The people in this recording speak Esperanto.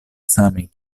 same